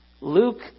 Luke